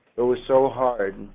they were so hard, and